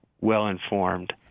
well-informed